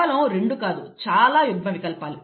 కేవలం రెండు కాదు చాలా యుగ్మ వికల్పాలు